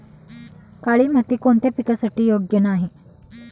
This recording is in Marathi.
काळी माती कोणत्या पिकासाठी योग्य नाही?